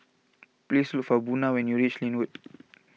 please look for Buna when you reach Lynwood